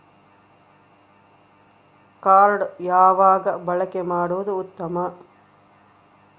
Card ಯಾವಾಗ ಬಳಕೆ ಮಾಡುವುದು ಉತ್ತಮ?